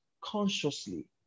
consciously